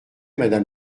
madame